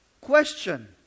question